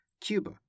Cuba